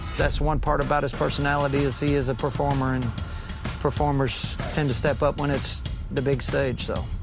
that's one part about his personality is he is a performer and performers tend to step up when it's the big stage, so.